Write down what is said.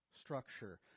structure